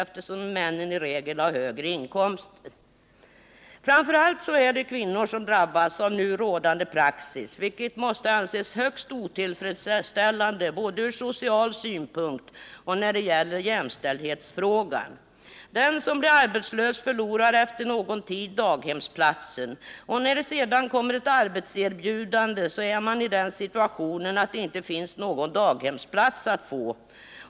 Framför allt är det kvinnor som drabbas av nu rådande praxis, vilket måste anses högst otillfredsställande både ur social synpunkt och när det gäller jämställdhetsfrågan. Den som blir arbetslös förlorar efter någon tid daghemsplatsen, och när det sedan kommer ett arbetserbjudande är man i den situationen att det inte finns någon daghemsplats att få.